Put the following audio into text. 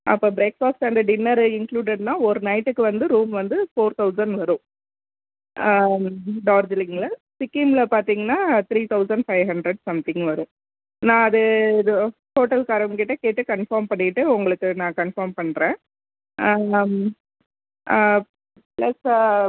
அப்போ breakfast and dinner இன்க்ளூடட்னா ஒரு நைட்டுக்கு வந்து ரூம் வந்து ஃபோர் தௌசண்ட் வரும் டார்ஜிலிங்கில் சிக்கிம்கில் பார்த்திங்கன்னா three thousand five hundred something வரும் நான் அது இதோ ஹோட்டல்காரவங்கக்கிட்ட கேட்டு கன்ஃபார்ம் பண்ணிக்கிட்டு உங்களுக்கு நான் கன்ஃபார்ம் பண்ணுறேன் அம் ப்ளஸ்ஸு